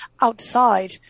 outside